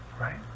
Right